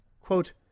quote